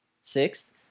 Sixth